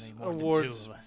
awards